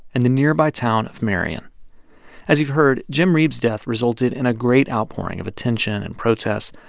and the nearby town of marion as you've heard, jim reeb's death resulted in a great outpouring of attention and protest.